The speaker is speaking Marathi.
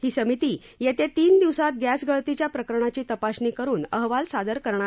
ही समिती येत्या तीन दिवसांत गॅस गळतीच्या प्रकरणाची तपासणी करून अहवाल सादर करणार आहे